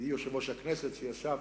כידידי יושב-ראש הכנסת, שישב